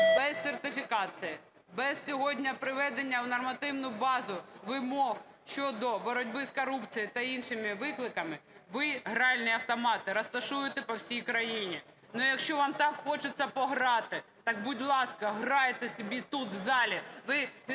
без сертифікації, без сьогодні приведення в нормативну базу вимог щодо боротьби з корупцією та іншими викликами ви гральні автомати розташуєте по всій країні. Ну, якщо вам так хочеться пограти, так, будь ласка, грайте собі тут, в залі.